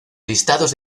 listados